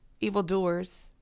evildoers